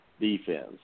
defense